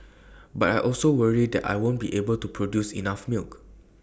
but I also worry that I won't be able to produce enough milk